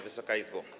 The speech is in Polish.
Wysoka Izbo!